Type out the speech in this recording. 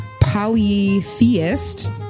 Polytheist